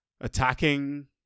attacking